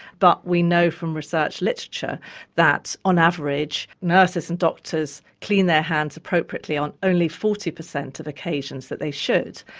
but we know from research literature that on average nurses and doctors clean their hands appropriately on only forty percent of occasions that they should.